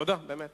תודה, באמת.